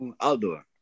Outdoor